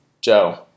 Joe